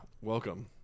Welcome